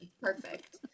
perfect